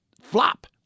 flop